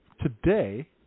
Today